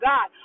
God